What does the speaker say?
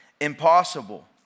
impossible